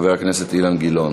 וחבר הכנסת אילן גילאון.